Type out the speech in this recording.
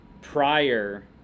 prior